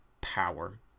power